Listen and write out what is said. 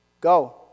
Go